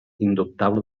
indubtable